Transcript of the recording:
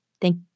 Thank